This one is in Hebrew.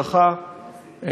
ברכה,